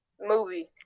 Movie